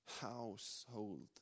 household